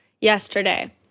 yesterday